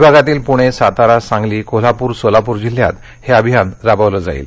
विभागातील पुणे सातारा सांगली कोल्हापूर सोलापूर जिल्ह्यात हे अभियान राबविलं जाईल